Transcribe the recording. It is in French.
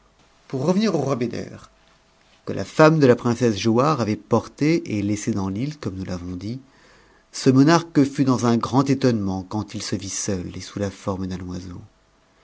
pour revenir au roi beder que la femme de la princesse giauhare avait f'otté et laissé dans i'i e comme nous l'avons dit ce monarque fut dans un grand étonnement quand il se vit seul et sous la forme d'un oiseau